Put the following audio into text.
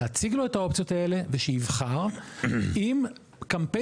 להציג לו את האופציות האלה ושיבחר עם קמפיין